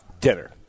dinner